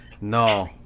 No